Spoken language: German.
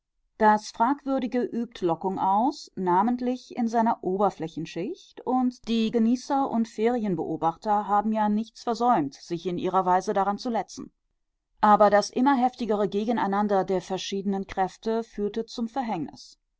das fragwürdige übt lockung aus namentlich in seiner oberflächenschicht und die genießer und ferienbeobachter haben ja nicht versäumt sich in ihrer weise daran zu letzen aber das immer heftigere gegeneinander der verschiedenen kräfte führte zum verhängnis